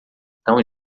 tão